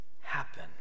happen